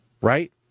right